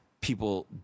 people